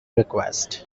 request